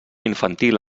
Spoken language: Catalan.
infantil